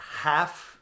half